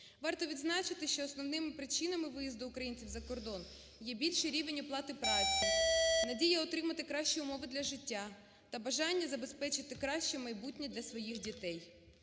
Варто відзначити, що основними причинами виїзду українців за кордон є більший рівень оплати праці, надія отримати кращі умов для життя та бажання забезпечити краще майбутнє для своїх дітей.